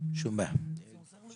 דיברתם על